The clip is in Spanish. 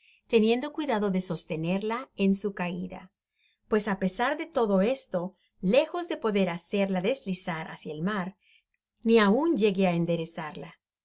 teniendo cuidado de sostenerla en su caida pues á pesar de todo esto lejos de poder hacerla deslizar hasta el mar ni aun llegué á enderezarla